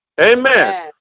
Amen